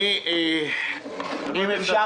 האם אפשר,